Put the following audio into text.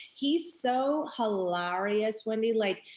he's so hilarious wendy. like,